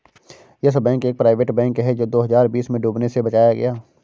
yes Bank एक private bank है जो दो हज़ार बीस में डूबने से बचाया गया